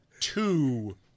two